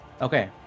Okay